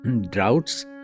droughts